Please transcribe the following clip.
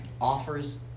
offers